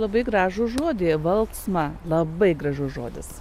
labai gražų žodį valksma labai gražus žodis